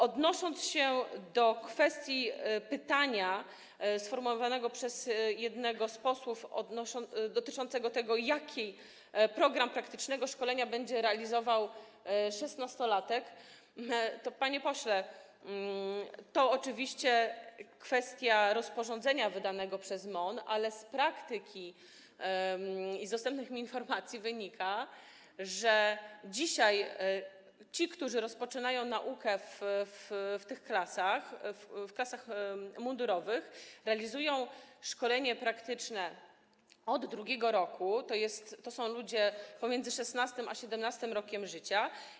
Odnosząc się do pytania sformułowanego przez jednego z posłów, dotyczącego tego, jaki program praktycznego szkolenia będzie realizował szesnastolatek, chcę powiedzieć, panie pośle, że oczywiście jest to kwestia rozporządzenia wydanego przez MON, ale z praktyki i z dostępnych mi informacji wynika, że dzisiaj ci, którzy rozpoczynają naukę w tych klasach, w klasach mundurowych, realizują szkolenie praktyczne od drugiego roku, czyli to są ludzie między 16. a 17. rokiem życia.